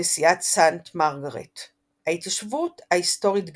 וכנסיית סנט מרגרט; ההתיישבות ההיסטורית גריניץ',